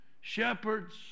Shepherds